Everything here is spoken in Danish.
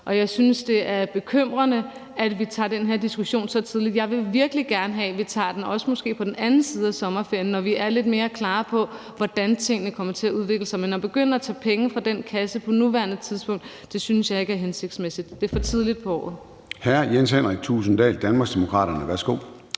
og jeg synes, det er bekymrende, at vi tager den her diskussion så tidligt. Jeg vil virkelig gerne have, at vi tager den, men måske på den anden side af sommerferien, når vi er lidt mere klare på, hvordan tingene kommer til at udvikle sig. At begynde at tage penge fra den kasse på nuværende tidspunkt synes jeg ikke er hensigtsmæssigt. Det er for tidligt på året.